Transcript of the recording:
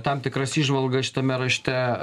tam tikras įžvalgas šitame rašte